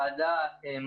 לגבי החלוקה הנוכחית,